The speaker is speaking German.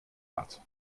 hat